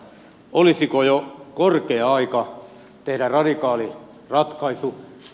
olisiko jo korkea aika tehdä radikaali ratkaisu